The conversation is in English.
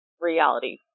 reality